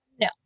no